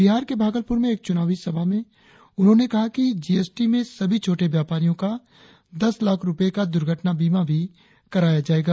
बिहार के भागलपुर में एक चुनाव सभा में उन्होंने कहा कि जीएसटी में सभी छोटे व्यापारियों का दस लाख रुपए का दुर्घटना बीमा भी कराया जाएगा